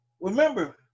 Remember